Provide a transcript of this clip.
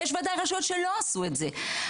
ויש ודאי רשויות שלא עשו את זה.